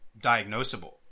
diagnosable